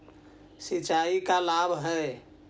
सिंचाई का लाभ है?